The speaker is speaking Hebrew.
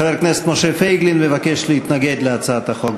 חבר הכנסת משה פייגלין מבקש להתנגד להצעת החוק,